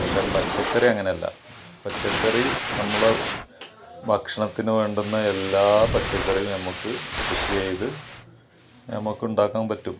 പക്ഷേ പച്ചക്കറി അങ്ങനെയല്ല പച്ചക്കറി നമ്മള് ഭക്ഷണത്തിന് വേണ്ടുന്ന എല്ലാ പച്ചക്കറിയും നമുക്ക് കൃഷി ചെയ്ത് നമുക്കുണ്ടാക്കാൻ പറ്റും